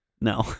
No